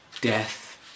Death